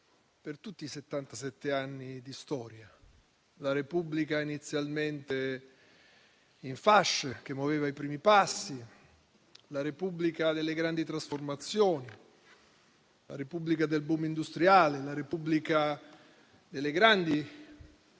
settantasette anni di storia: la Repubblica inizialmente in fasce, che muoveva i primi passi; la Repubblica delle grandi trasformazioni; la Repubblica del *boom* industriale; la Repubblica delle grandi